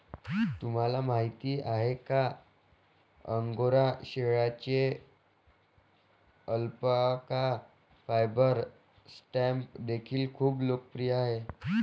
तुम्हाला माहिती आहे का अंगोरा शेळ्यांचे अल्पाका फायबर स्टॅम्प देखील खूप लोकप्रिय आहेत